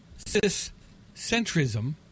Ciscentrism